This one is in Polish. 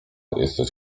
jesteś